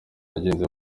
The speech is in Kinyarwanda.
yagenze